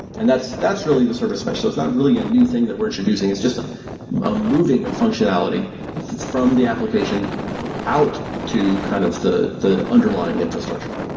and that's that's really the service mesh. it's not really a new thing that we're introducing, it's just ah a moving of functionality from the application out to kind of the the underlying infrastructure.